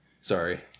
Sorry